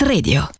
Radio